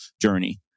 journey